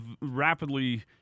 rapidly